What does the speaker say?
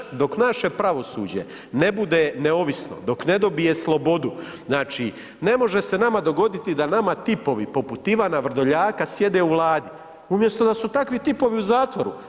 Dok naš, dok naše pravosuđe ne bude neovisno dok ne dobije slobodu, znači ne može se nama dogoditi da nama tipovi poput Ivana Vrdoljaka sjedne u Vladi, umjesto da su takvi tipovi u zatvoru.